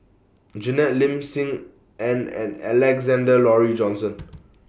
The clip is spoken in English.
Janet Lim SIM Ann and Alexander Laurie Johnston